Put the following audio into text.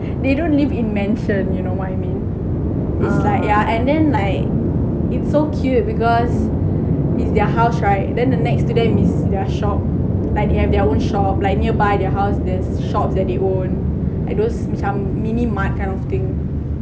they don't live in mansion you know what I mean it's like yeah and then like it so cute because its their house right then the next to them is their shop like they have their own shop like nearby their house there's a shop that they own like those macam mini mart kind of thing